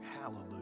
hallelujah